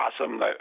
awesome